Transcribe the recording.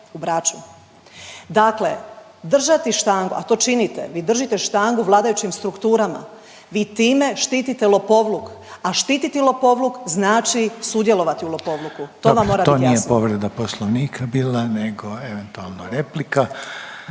Dakle, držati štangu, a to činite vi držite štangu vladajućim strukturama. Vi time štitite lopovluk, a štititi lopovluk znači sudjelovati u lopovluku. …/Upadica Reiner: